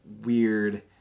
weird